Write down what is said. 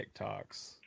TikToks